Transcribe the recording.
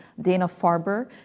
Dana-Farber